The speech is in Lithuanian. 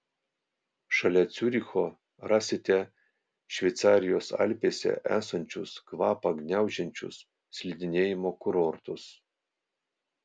šalia ciuricho rasite šveicarijos alpėse esančius kvapą gniaužiančius slidinėjimo kurortus